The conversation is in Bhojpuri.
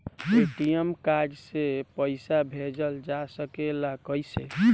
ए.टी.एम कार्ड से पइसा भेजल जा सकेला कइसे?